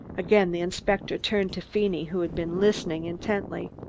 again the inspector turned to feeney, who had been listening intently.